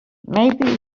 maybe